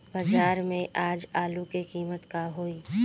बाजार में आज आलू के कीमत का होई?